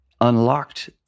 unlocked